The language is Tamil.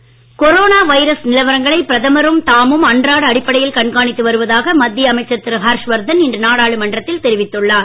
மீண்டும் தலைப்புச் செய்திகள் கொரோனா வைரஸ் நிலவரங்களை பிரதமரும் தாமும் அன்றாட அடிப்படையில் கண்காணித்து வருவதாக மத்திய அமைச்சர் திரு ஹர்ஷவர்தன் இன்று நாடாளுமன்றத்தில் தெரிவித்துள்ளார்